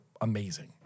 amazing